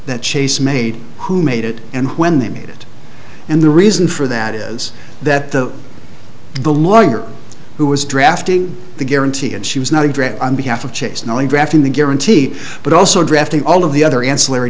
that chase made who made it and when they made it and the reason for that is that the the lawyer who was drafting the guarantee and she was not a drip on behalf of chase knowing drafting the guarantee but also drafting all of the other ancillary